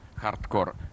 hardcore